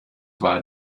war